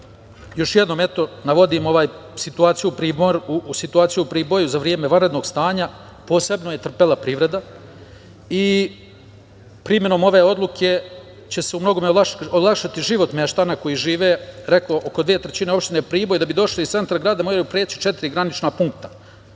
još jednom eto navodim situaciju u Priboju za vreme vanrednog stanja, posebno je trpela privreda i primenom ove odluke će se u mnogome olakšati život meštana koji žive, oko dve trećine opštine Priboj, da bi došli iz centra grada moraju preći četiri granična punkta,